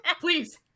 please